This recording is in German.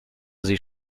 sie